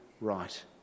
right